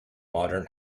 modern